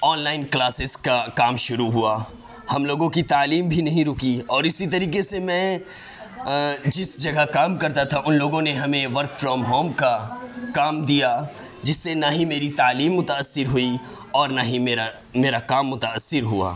on line classes کا کام شروع ہوا ہم لوگوں کی تعلیم بھی نہیں رکی اور اسی طریقے سے میں جس جگہ کام کرتا تھا ان لوگوں نے ہمیں ورک فرام ہوم کا کام دیا جس سے نہ ہی میری تعلیم متاثر ہوئی اور نہ ہی میرا میرا کام متاثر ہوا